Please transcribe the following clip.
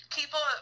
People